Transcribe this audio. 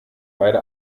beide